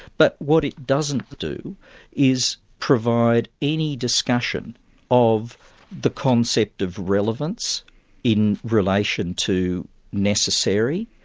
but what it doesn't do is provide any discussion of the concept of relevance in relation to necessary,